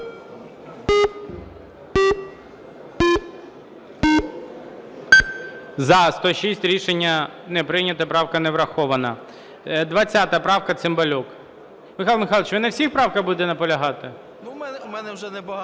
За-106 Рішення не прийнято. Правка не врахована. 20 правка, Цимбалюк. Михайло Михайлович, ви на всіх правках будете наполягати?